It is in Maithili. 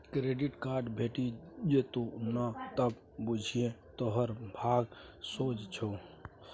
क्रेडिट कार्ड भेटि जेतउ न त बुझिये तोहर भाग सोझ छौ